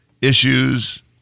issues